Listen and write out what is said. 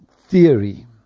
theory